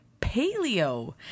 Paleo